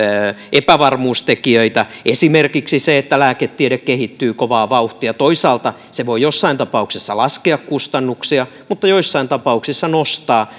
epävarmuustekijöitä esimerkiksi se että lääketiede kehittyy kovaa vauhtia toisaalta se voi jossain tapauksessa laskea kustannuksia mutta joissain tapauksissa nostaa